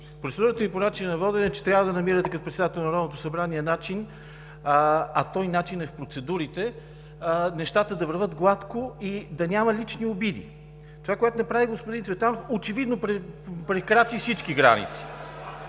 Процедурата ми по начина на водене е, че трябва да намирате като председател на Народното събрание начин, а този начин е в процедурите, нещата да вървят гладко и да няма лични обиди. Това, което направи господин Цветанов, очевидно прекрачи всички граници.